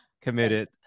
committed